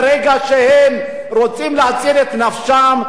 ברגע שהם רוצים להציל את נפשם,